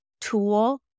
tool